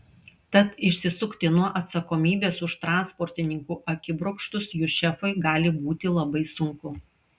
tad išsisukti nuo atsakomybės už transportininkų akibrokštus jų šefui gali būti labai sunku